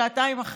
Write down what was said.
שעתיים אחרי.